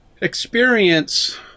experience